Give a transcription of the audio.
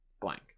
blank